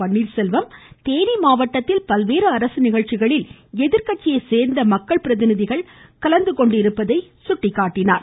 பன்னீர்செல்வம் தேனி மாவட்டத்தில் பல்வேறு அரசு நிகழ்ச்சிகளில் எதிர்க்கட்சியை சேர்ந்த மக்கள் பிரதிநிதிகள் கலந்துகொண்டிருப்பதாக குறிப்பிட்டார்